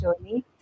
journey